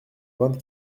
vingt